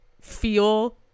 feel